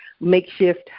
makeshift